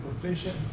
proficient